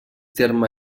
terme